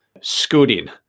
Scooting